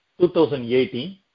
2018